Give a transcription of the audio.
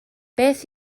beth